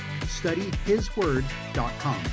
studyhisword.com